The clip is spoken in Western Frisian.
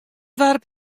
doarp